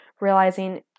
realizing